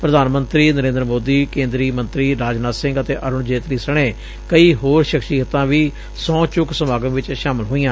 ਪ੍ਰਧਾਨ ਮੰਤਰੀ ਨਰੇਂਦਰ ਮੋਦੀ ਕੇਂਦਰੀ ਮੰਤਰੀ ਰਾਜਨਾਥ ਸਿੰਘ ਅਤੇ ਅਰੁਣ ਜੇਤਲੀ ਸਣੇ ਕਈ ਹੋਰ ਸ਼ਖਸ਼ੀਅਤਾਂ ਵੀ ਸਹੂੰ ਚੁੱਕ ਸਮਾਗਮ ਵਿਚ ਸ਼ਾਮਲ ਹੋਈਆਂ